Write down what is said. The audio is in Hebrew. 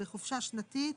בחופשה שנתית,